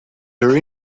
her